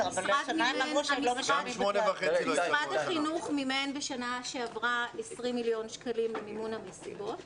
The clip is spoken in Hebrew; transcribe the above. בשנה שעברה משרד החינוך מימן 20 מיליון שקלים למימון המסיבות.